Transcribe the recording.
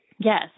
Yes